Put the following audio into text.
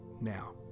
Now